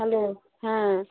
hello হ্যাঁ